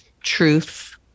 truth